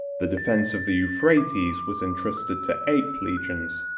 the defence of the euphrates was intrusted to eight legions,